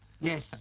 Yes